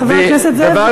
חבר הכנסת זאב,